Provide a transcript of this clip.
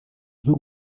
z’u